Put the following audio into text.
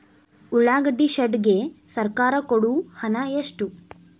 ಉಳ್ಳಾಗಡ್ಡಿ ಶೆಡ್ ಗೆ ಸರ್ಕಾರ ಕೊಡು ಹಣ ಎಷ್ಟು?